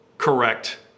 correct